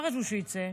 מה רציתם שיצא?